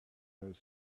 has